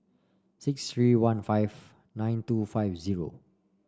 six three one five nine two five zero